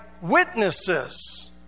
witnesses